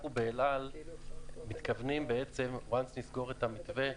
אנחנו באל על מתכוונים לסגור את המתווה,